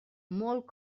molt